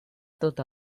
tot